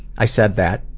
i said that.